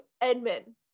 Edmund